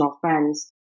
friends